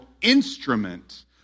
instrument